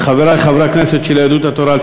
וחברי חברי הכנסת של יהדות התורה,